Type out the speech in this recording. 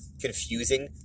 confusing